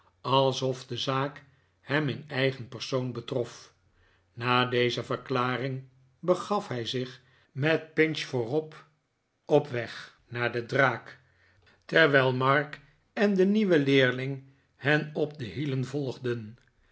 alsof de zaak hem in eigen persoon betrof na deze verklaring begaf hij zich met pinch vooruit op weg naar de draak terwijl mark en de nieuwe leerling hen op de hielen volgden